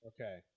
Okay